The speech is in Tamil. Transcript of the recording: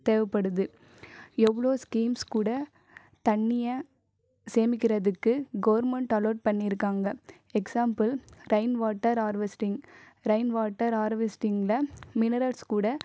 தேவைப்படுது எவ்வளோ ஸ்கீம்ஸ் கூட தண்ணியை சேமிக்கிறதுக்கு கவர்மெண்ட் அலோட் பண்ணியிருக்காங்க example rain water harvesting rain water ஹார்வெஸ்ட்டிங்கில் மினரல்ஸ் கூட